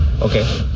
Okay